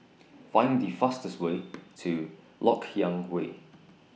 Find The fastest Way to Lok Yang Way